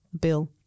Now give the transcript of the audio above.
Bill